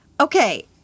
Okay